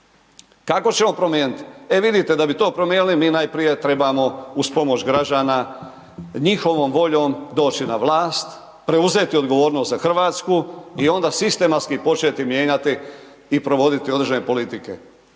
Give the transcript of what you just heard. Kako ćemo promijeniti? E vidite, da bi to promijenili, mi najprije trebamo uz pomoć građana, njihovom voljom doći na vlast, preuzeti odgovornost za Hrvatsku i onda sistematski početi mijenjati i provoditi određene politike.